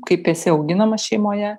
kaip esi auginamas šeimoje